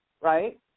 right